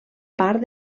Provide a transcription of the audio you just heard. part